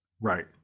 Right